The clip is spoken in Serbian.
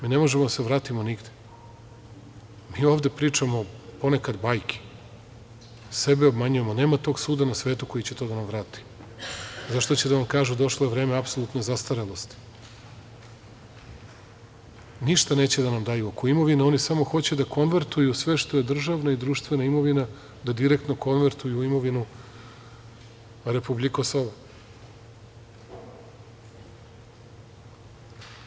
Mi ne možemo da se vratimo nigde, mi ovde pričamo ponekad bajke, sebe obmanjujemo, ali nema tog suda na svetu koji će to da nam vrati, zato što će da vam kažu da je došlo vreme apsolutne zastarelosti, ništa neće da nam daju oko imovine, oni samo hoće da konvertuju sve što je državno i društvena imovina, da direktno konvertuju u imovinu „ republjik Kosovo“